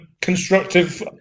constructive